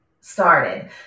started